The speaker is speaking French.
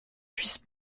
puisse